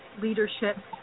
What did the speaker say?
leadership